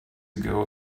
ago